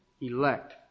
elect